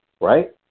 right